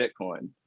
Bitcoin